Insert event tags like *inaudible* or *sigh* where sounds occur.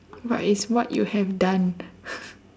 but it's what you have done *laughs*